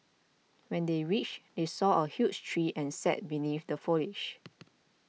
when they reached they saw a huge tree and sat beneath the foliage